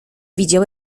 widział